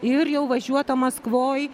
ir jau važiuota maskvoj